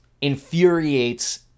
infuriates